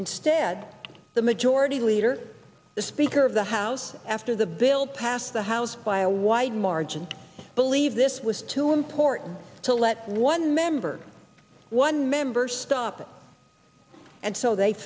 instead the majority leader the speaker of the house after the bill passed the house by a wide margin believe this was too important to let one member one member stop it and so they